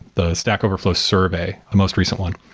the stack overflow survey, the most recent one,